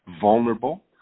vulnerable